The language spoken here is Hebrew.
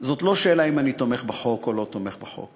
זאת לא שאלה אם אני תומך בחוק או לא תומך בחוק.